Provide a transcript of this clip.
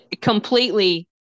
completely